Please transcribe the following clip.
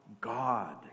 God